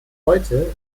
heute